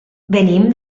venim